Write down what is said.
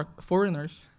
foreigners